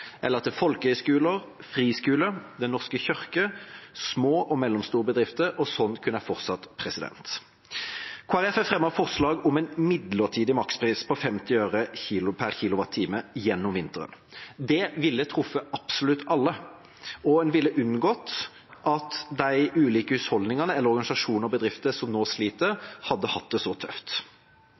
eller til folkehøyskoler, friskoler, Den norske kirke, små og mellomstore bedrifter – og sånn kunne jeg ha fortsatt. Kristelig Folkeparti har fremmet forslag om en midlertidig makspris på 50 øre per kWh gjennom vinteren. Det ville truffet absolutt alle, og en ville unngått at de ulike husholdningene eller organisasjoner og bedrifter som nå sliter, hadde hatt det så tøft.